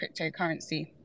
cryptocurrency